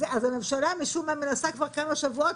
אז הממשלה משום מה מנסה כבר כמה שבועות,